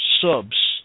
subs